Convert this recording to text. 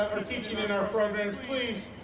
are teaching in our programs. please,